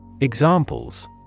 Examples